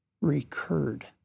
recurred